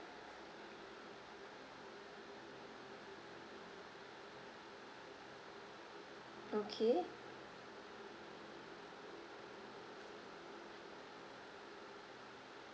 okay